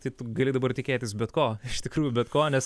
tai tu gali dabar tikėtis bet ko iš tikrųjų bet ko nes